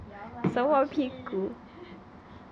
摇来摇去